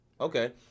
okay